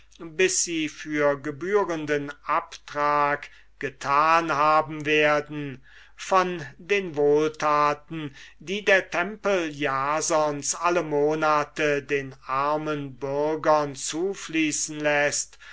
bis sie dafür gebührenden abtrag getan haben werden von den wohltaten die der tempel jasons alle monate den armen bürgern zufließen läßt